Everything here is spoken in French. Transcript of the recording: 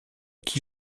qui